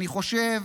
אני חושב,